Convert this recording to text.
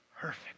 perfect